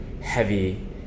heavy